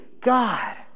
God